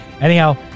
anyhow